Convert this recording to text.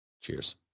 Cheers